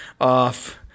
off